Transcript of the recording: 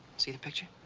see the picture?